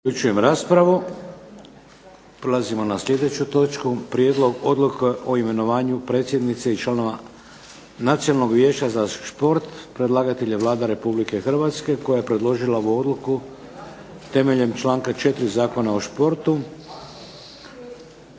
Vladimir (HDZ)** Prelazimo na sljedeću točku - Prijedlog odluke o imenovanju predsjednice i članova Nacionalnog vijeća za šport Predlagatelj je Vlada Republike Hrvatske koja je predložila ovu odluku temeljem članka 4. Zakona o športu.